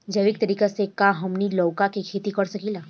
जैविक तरीका से का हमनी लउका के खेती कर सकीला?